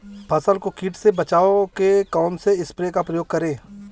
फसल को कीट से बचाव के कौनसे स्प्रे का प्रयोग करें?